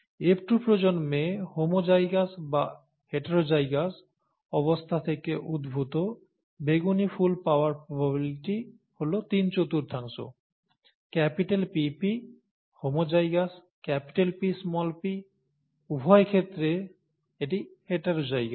F2 প্রজন্মে homozygous বা heterozygous অবস্থা থেকে উদ্ভূত বেগুনি ফুল পাওয়ার প্রবাবিলিটি হল তিন চতুর্থাংশ PP হোমোজাইগাস Pp উভয় ক্ষেত্রে এটি হেটেরোজাইগাস